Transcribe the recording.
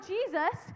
Jesus